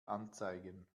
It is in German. anzeigen